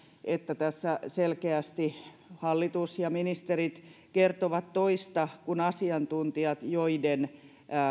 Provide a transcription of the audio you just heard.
että tässä selkeästi hallitus ja ministerit kertovat toista kuin asiantuntijat joiden